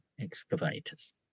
excavators